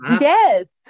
yes